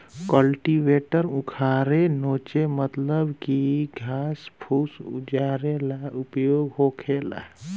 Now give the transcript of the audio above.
cultivator उखारे नोचे मतलब की घास फूस उजारे ला उपयोग होखेला